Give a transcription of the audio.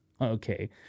okay